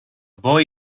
boy